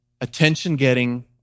attention-getting